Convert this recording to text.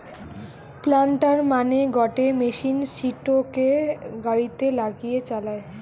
planter মানে গটে machine সিটোকে গাড়িতে লাগিয়ে চালায়